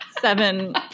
seven